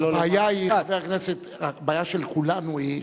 הבעיה של כולנו היא,